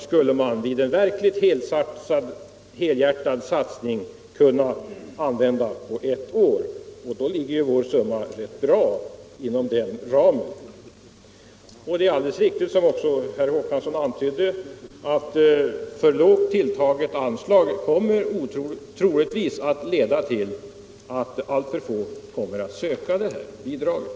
skulle man vid en verkligt helhjärtad satsning kunna använda på ett år. Vår summa ligger då rätt bra inom den ramen. Det är också riktigt, som herr Håkansson även antydde, att för lågt tilltaget anslag troligtvis kommer att leda till att alltför få söker bidraget.